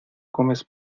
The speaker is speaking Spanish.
comes